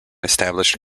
established